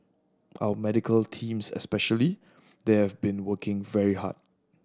our medical teams especially they have been working very hard